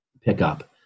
pickup